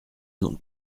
donc